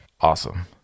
awesome